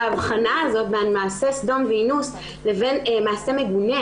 וההבחנה הזו בין מעשה סדום ואינוס לבין מעשה מגונה,